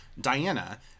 Diana